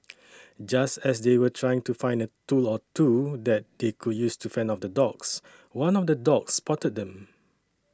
just as they were trying to find a tool or two that they could use to fend off the dogs one of the dogs spotted them